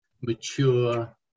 mature